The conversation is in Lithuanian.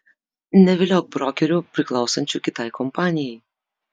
neviliok brokerių priklausančių kitai kompanijai